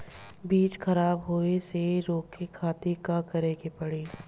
बीज खराब होए से रोके खातिर का करे के पड़ी?